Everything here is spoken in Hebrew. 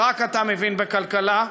ורק אתה מבין בכלכלה,